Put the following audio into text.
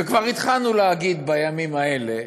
וכבר התחלנו להגיד בימים האלה,